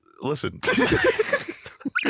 Listen